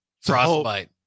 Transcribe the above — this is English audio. Frostbite